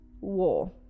war